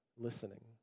listening